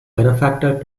benefactor